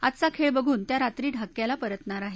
आजचा खेळ बघून त्या रात्री ढाक्याला परतणार आहेत